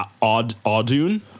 Audun